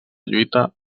lluita